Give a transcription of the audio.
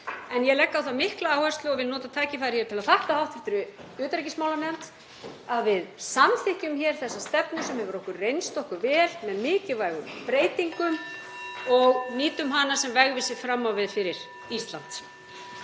En ég legg á það mikla áherslu, og vil nota tækifærið hér til að þakka hv. utanríkismálanefnd, að við samþykkjum þessa stefnu, sem hefur reynst okkur vel, með mikilvægum breytingum og nýtum hana sem vegvísi fram á við fyrir Ísland.